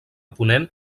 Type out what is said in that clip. ponent